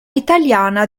italiana